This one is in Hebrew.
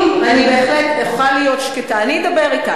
אם אני בהחלט אוכל להיות שקטה, אני אדבר אתה.